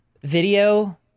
video